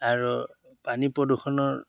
আৰু পানী প্ৰদূষণৰ